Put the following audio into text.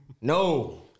no